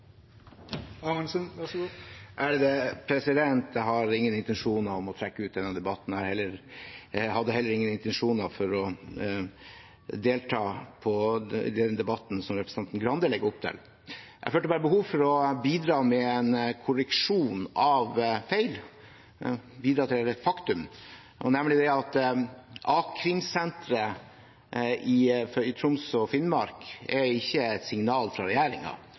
Jeg har ingen intensjoner om å trekke ut denne debatten. Jeg hadde heller ingen intensjoner om å delta i den debatten som representanten Grande legger opp til. Jeg følte bare behov for å bidra med en korreksjon av feil, bidra til et faktum, nemlig det at a-krimsenteret i Troms og Finnmark ikke er et signal fra